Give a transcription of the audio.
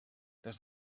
les